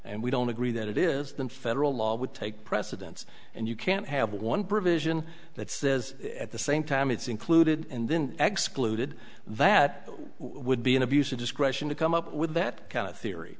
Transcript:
and we don't agree that it is then federal law would take precedence and you can't have one provision that says at the same time it's included and then exec looted that would be an abuse of discretion to come up with that kind of theory